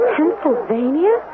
Pennsylvania